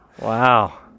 Wow